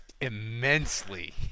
immensely